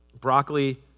broccoli